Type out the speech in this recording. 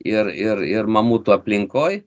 ir ir ir mamutų aplinkoj